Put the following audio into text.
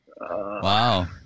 Wow